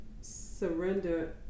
surrender